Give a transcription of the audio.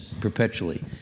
perpetually